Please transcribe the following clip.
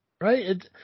Right